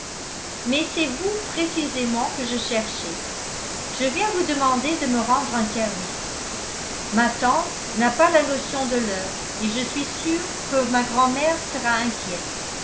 mais c'est vous précisément que je cherchais je viens vous demander de me rendre un service ma tante n'a pas la notion de l'heure et je suis sûre que ma grand'mère sera inquiète